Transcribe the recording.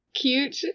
cute